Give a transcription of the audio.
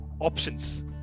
options